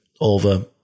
over